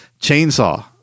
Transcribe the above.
Chainsaw